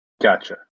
Gotcha